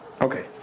Okay